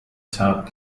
saab